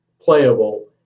playable